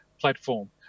platform